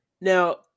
Now